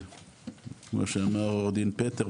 כמו שאמר עורך דין פטר,